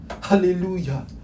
Hallelujah